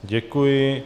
Děkuji.